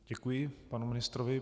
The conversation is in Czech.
Děkuji panu ministrovi.